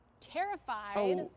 terrified